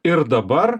ir dabar